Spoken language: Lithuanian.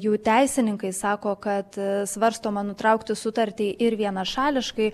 jų teisininkai sako kad svarstoma nutraukti sutartį ir vienašališkai